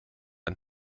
ein